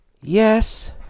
Yes